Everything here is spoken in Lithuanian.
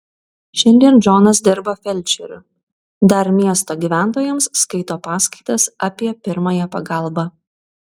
šiandien džonas dirba felčeriu dar miesto gyventojams skaito paskaitas apie pirmąją pagalbą